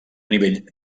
nivell